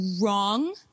wrong